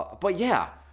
ah but yeah.